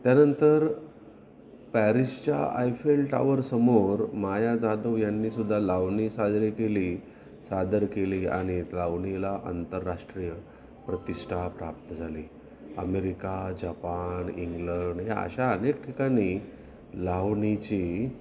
त्यानंतर पॅरिसच्या आयफेल टावरसमोर माया जाधव यांनीसुद्धा लावणी साजरी केली सादर केली आणि लावणीला आंतरराष्ट्रीय प्रतिष्ठा प्राप्त झाली अमेरिका जपान इंग्लंड या अशा अनेक ठिकाणी लावणीची